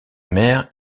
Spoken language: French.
mère